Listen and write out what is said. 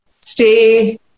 stay